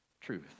truth